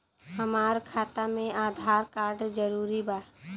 हमार खाता में आधार कार्ड जरूरी बा?